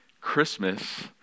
Christmas